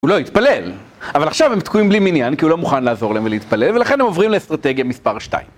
הוא לא יתפלל, אבל עכשיו הם תקועים בלי מניין כי הוא לא מוכן לעזור להם ולהתפלל ולכן הם עוברים לאסטרטגיה מספר שתיים